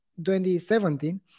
2017